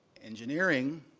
engineering,